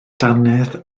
dannedd